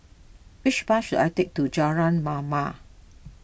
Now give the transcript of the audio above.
which bus should I take to Jalan Mamam